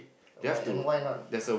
why and why not